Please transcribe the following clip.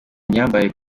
myambarire